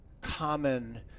common